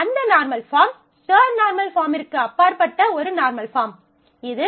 அந்த normal form third normal பாஃர்ம்மிற்கு அப்பாற்பட்ட ஒரு நார்மல் பாஃர்ம் இது